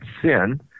sin